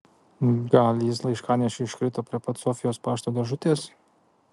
gal jis laiškanešiui iškrito prie pat sofijos pašto dėžutės